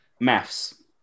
maths